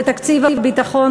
בתקציב הביטחון,